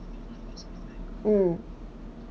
mm